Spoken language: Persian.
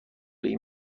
این